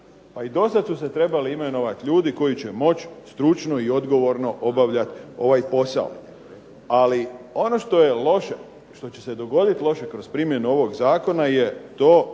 Pa i do sad su se trebali imenovat ljudi koji će moći stručno i odgovorno obavljati ovaj posao. Ali ono što je loše, što će se dogodit loše kroz primjenu ovog zakona je to